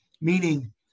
Meaning